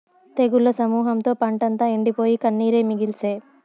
తెగుళ్ల సమూహంతో పంటంతా ఎండిపోయి, కన్నీరే మిగిల్సే